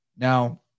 Now